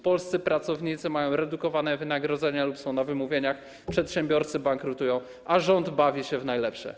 Polscy pracownicy mają redukowane wynagrodzenia lub są na wypowiedzeniach, przedsiębiorcy bankrutują, a rząd bawi się w najlepsze.